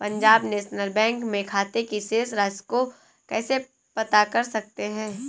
Punjab National Bank में खाते की शेष राशि को कैसे पता कर सकते हैं?